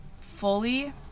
fully